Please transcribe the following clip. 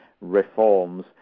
reforms